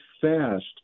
fast